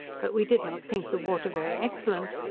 but we did not think the water very excellent,